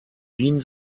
wien